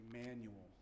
manual